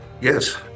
Yes